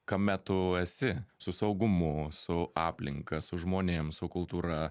kame tu esi su saugumu su aplinka su žmonėm su kultūra